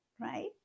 right